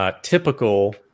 typical